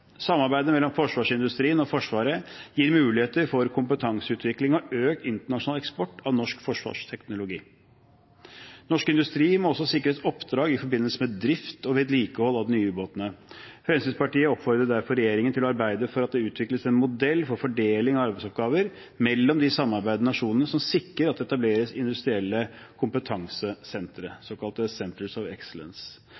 Samarbeidet mellom forsvarsindustrien og Forsvaret gir muligheter for kompetanseutvikling og økt internasjonal eksport av norsk forsvarsteknologi. Norsk industri må også sikres oppdrag i forbindelse med drift og vedlikehold av de nye ubåtene. Fremskrittspartiet oppfordrer derfor regjeringen til å arbeide for at det utvikles en modell for fordeling av arbeidsoppgaver mellom de samarbeidende nasjonene, som sikrer at det etableres industrielle kompetansesentre